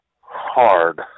hard